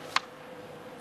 ויסקונסין?